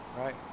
right